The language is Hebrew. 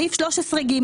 סעיף (ג),